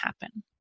happen